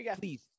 please